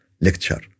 lecture